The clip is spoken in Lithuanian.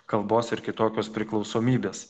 kalbos ir kitokios priklausomybės